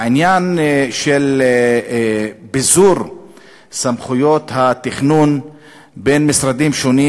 העניין של ביזור סמכויות התכנון בין משרדים שונים,